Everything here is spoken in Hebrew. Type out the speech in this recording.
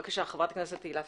בבקשה, חברת הכנסת תהלה פרידמן.